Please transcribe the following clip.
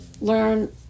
learn